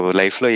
life